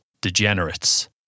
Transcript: degenerates